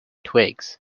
twigs